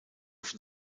von